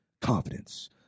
confidence